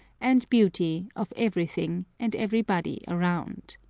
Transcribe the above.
and beauty of everything and everybody around.